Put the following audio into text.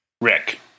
Rick